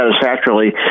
satisfactorily